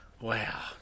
Wow